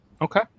Okay